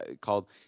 called